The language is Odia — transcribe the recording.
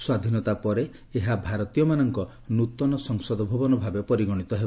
ସ୍ୱାଧୀନତା ପରେ ଏହା ଭାରତୀୟମାନଙ୍କ ନୂତନ ସଂସଦ ଭବନ ଭାବେ ପରିଗଣିତ ହେବ